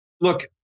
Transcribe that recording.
Look